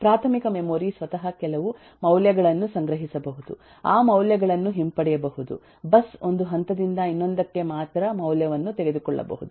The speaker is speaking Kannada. ಪ್ರಾಥಮಿಕ ಮೆಮೊರಿ ಸ್ವತಃ ಕೆಲವು ಮೌಲ್ಯಗಳನ್ನು ಸಂಗ್ರಹಿಸಬಹುದು ಆ ಮೌಲ್ಯಗಳನ್ನು ಹಿಂಪಡೆಯಬಹುದು ಬಸ್ ಒಂದು ಹಂತದಿಂದ ಇನ್ನೊಂದಕ್ಕೆ ಮಾತ್ರ ಮೌಲ್ಯವನ್ನು ತೆಗೆದುಕೊಳ್ಳಬಹುದು